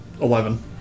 Eleven